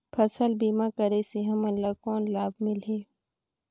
फसल बीमा करे से हमन ला कौन लाभ मिलही?